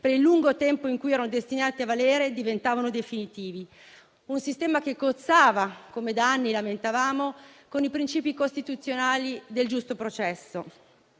per il lungo tempo in cui erano destinati a valere, diventavano definitivi. Tale sistema cozzava, come da anni lamentavamo, con i principi costituzionali del giusto processo.